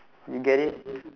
you get it